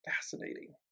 fascinating